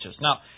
Now